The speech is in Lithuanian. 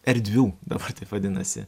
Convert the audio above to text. erdvių dabar taip vadinasi